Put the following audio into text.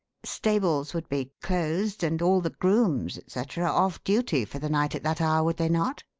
stables would be closed and all the grooms, et cetera, off duty for the night at that hour, would they not?